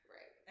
Right